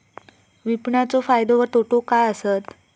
विपणाचो फायदो व तोटो काय आसत?